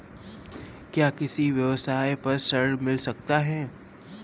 क्या किसी व्यवसाय पर ऋण मिल सकता है?